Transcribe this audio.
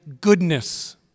goodness